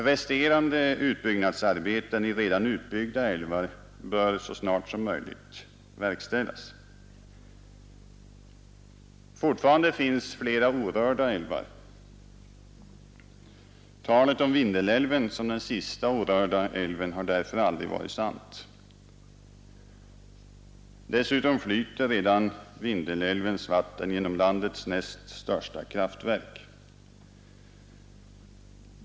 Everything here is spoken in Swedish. Resterande utbyggnadsarbeten i redan utbyggda älvar bör så snart som möjligt verkställas. Fortfarande finns flera orörda älvar. Talet om Vindelälven som den sista orörda älven har därför aldrig varit sant. Dessutom flyter redan Vindelälvens vatten genom landets näst största kraftverk.